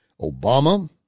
Obama